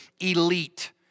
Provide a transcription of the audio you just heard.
elite